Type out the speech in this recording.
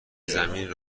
زمین